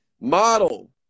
model